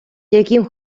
яким